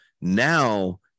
now